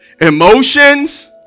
emotions